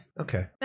Okay